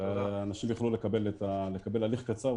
ואנשים יוכלו לקבל הליך קצר,